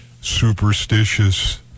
superstitious